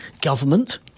government